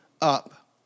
up